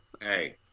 Hey